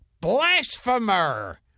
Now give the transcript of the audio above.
Blasphemer